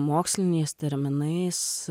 moksliniais terminais